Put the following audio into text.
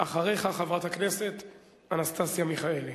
אחריך, חברת הכנסת אנסטסיה מיכאלי.